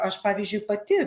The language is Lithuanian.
aš pavyzdžiui pati